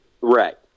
Right